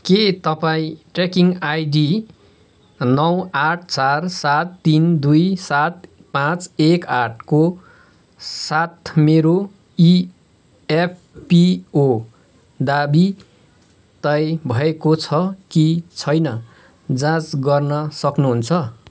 के तपाईँँ tracking ID नौ आठ चार सात तिन दुई सात पाँच एक आठ को साथ मेरो इएफपिओ दावी तय भएको छ कि छैन जाँच गर्न सक्नुहुन्छ